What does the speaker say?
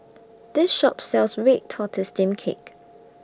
This Shop sells Red Tortoise Steamed Cake